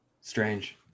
Strange